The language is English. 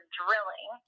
drilling